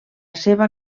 seva